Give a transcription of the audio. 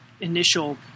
initial